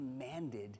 commanded